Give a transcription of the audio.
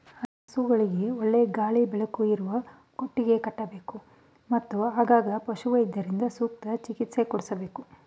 ಹಸುಗಳಿಗೆ ಒಳ್ಳೆಯ ಗಾಳಿ ಬೆಳಕು ಇರುವ ಕೊಟ್ಟಿಗೆ ಕಟ್ಟಬೇಕು, ಮತ್ತು ಆಗಾಗ ಪಶುವೈದ್ಯರಿಂದ ಸೂಕ್ತ ಚಿಕಿತ್ಸೆ ಕೊಡಿಸಬೇಕು